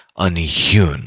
unhewn